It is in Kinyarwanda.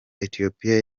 ethiopia